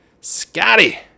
Scotty